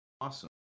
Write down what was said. Awesome